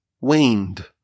waned